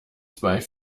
zwei